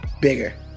bigger